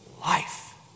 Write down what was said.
life